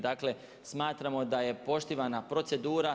Dakle, smatramo da je poštivana procedura.